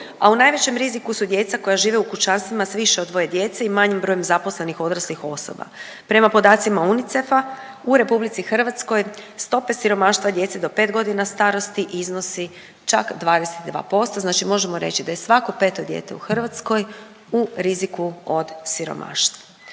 a u najvećem riziku su djeca koja žive u kućanstvima s više od dvoje djece i manjim brojem zaposlenih odraslih osoba. Prema podacima UNICEF-a u RH stope siromaštva djece do 5.g. starosti iznosi čak 22%, znači možemo reći da je svako 5. dijete u Hrvatskoj u riziku od siromaštva.